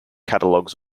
catalogs